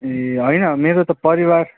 ए होइन मेरो त परिवार